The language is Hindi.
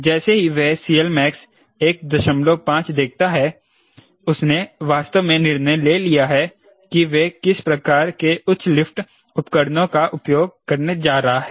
जैसे ही वह CLmax 15 देखता है उसने वास्तव में निर्णय ले लिया है कि वह किस प्रकार के उच्च लिफ्ट उपकरणों का उपयोग करने जा रहा है